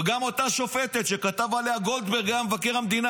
וגם אותה שופטת שכתב עליה גולדברג כשהיה מבקר המדינה,